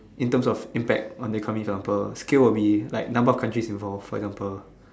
in terms of impact on the economy for example scale will be like number of countries involve for example